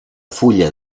fulla